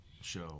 show